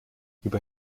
über